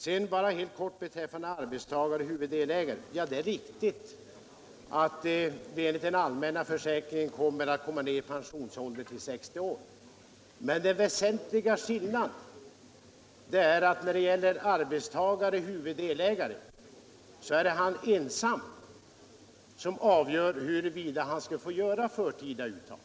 Sedan vill jag bara helt kort beträffande arbetstagare-huvuddelägare säga att det är riktigt att pensionsåldern i den allmänna försäkringen kommer att sänkas till 60 år, men den väsentliga skillnaden är att det är arbetstagaren-delägaren ensam som avgör huruvida han skall få göra ett förtida uttag.